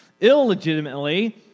illegitimately